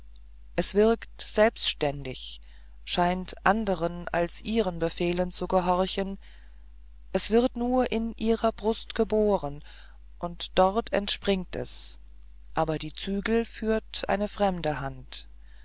es wirkt selbsttätig scheint anderen als ihren befehlen zu gehorchen es wird nur in ihrer brust geboren und dort entspringt es aber die zügel führt eine fremde hand